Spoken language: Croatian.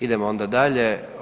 Idemo onda dalje.